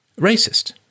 racist